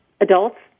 adults